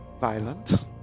violent